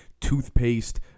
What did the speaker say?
toothpaste